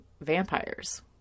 vampires